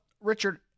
Richard